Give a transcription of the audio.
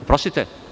Oprostite?